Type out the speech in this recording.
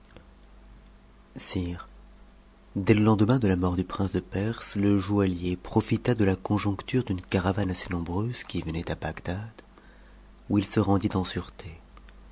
dès te lendemain de ta mort du prince de perse le joaillier proih de la conjoncture d'une caravane assez nombreuse qui venait à bagdad où il se rendit en sûreté